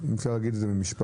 אם אפשר להגיד את זה במשפט.